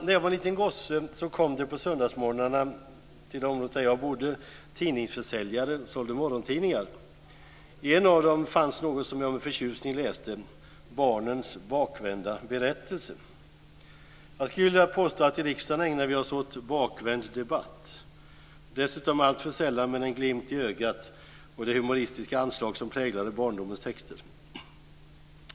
När jag var liten gosse kom det på söndagsmorgnarna till området där jag bodde tidningsförsäljare och sålde morgontidningar. I en av dessa fanns något som jag med förtjusning läste: Barnens bakvända berättelse. Jag skulle vilja påstå att vi i riksdagen ägnar oss åt bakvänd debatt, dessutom alltför sällan med en glimt i ögat och det humoristiska anslag som präglade barndomens texter.